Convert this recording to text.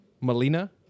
Melina